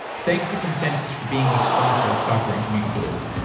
thanks to consensys for being a sponsor of software engineering daily